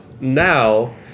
now